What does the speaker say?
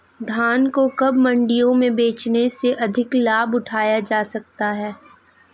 धान को कब मंडियों में बेचने से अधिक लाभ उठाया जा सकता है?